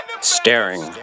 Staring